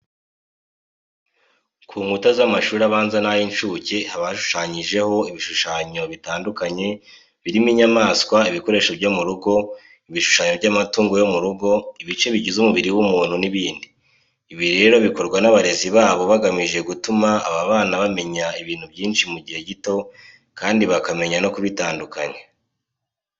Ku nkuta z'amashuri abanza n'ay'incuke haba hashushanyijeho ibishushanyo bitandukanye birimo inyamaswa, ibikoresho byo mu rugo, ibishushanyo by'amatungo yo mu rugo, ibice bigize umubiri w'umuntu n'ibindi. Ibi rero bikorwa n'abarezi babo bagamije gutuma aba bana bamenya ibintu byinshi mu gihe gito kandi bakamenya no kubitandukanya.